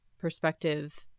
perspective